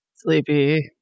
Sleepy